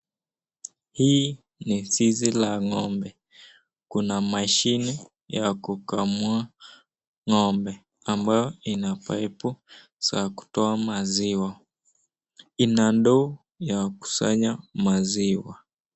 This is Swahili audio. Hii ni zizi la ngombe, kuna mashini ya kukamua ngombe amayo ina paipu ya kutoa maziwa, ina ndoo ya kusanya maziwa.